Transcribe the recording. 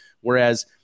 Whereas